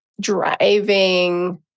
driving